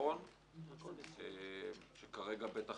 הביטחון שכולנו מעריכים, אני בטוח